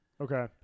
Okay